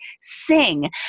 sing